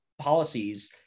policies